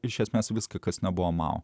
iš esmės viską kas nebuvo man